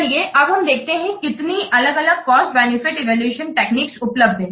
चलिए अब हम देखते हैं कितनी अलग अलग कॉस्ट बेनिफिट इवैल्यूएशन टेक्निक्स उपलब्ध है